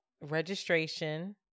registration